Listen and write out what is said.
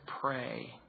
pray